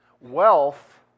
Wealth